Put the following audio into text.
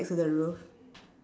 next to the roof